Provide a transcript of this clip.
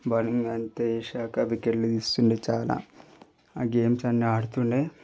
bowling అంటే ఏషాక వికెట్లు తీస్తుండే చాలా ఆ గేమ్స్ అన్నీ ఆడుతుండే